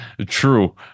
true